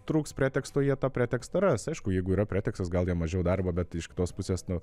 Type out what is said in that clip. trūks preteksto jie tą pretekstą ras aišku jeigu yra pretekstas gal jiem mažiau darbo bet iš kitos pusės nu